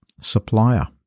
supplier